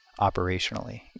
operationally